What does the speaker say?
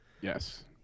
Yes